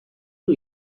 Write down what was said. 针对